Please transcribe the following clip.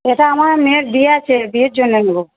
এটা আমার মেয়ের বিয়ে আছে বিয়ের জন্য নেব